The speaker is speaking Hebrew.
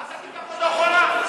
אה, אחורה?